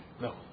No